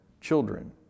children